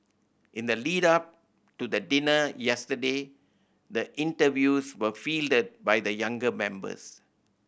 in the lead up to the dinner yesterday the interviews were fielded by the younger members